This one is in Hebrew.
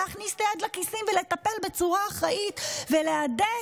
להכניס את היד לכיסים ולטפל בצורה אחראית ולהדק